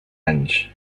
anys